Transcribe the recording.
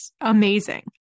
amazing